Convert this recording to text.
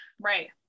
right